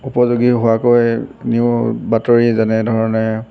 উপযোগী হোৱাকৈ নিউ বাতৰি যেনেধৰণে